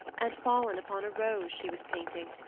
and fallen upon a rose she was painting.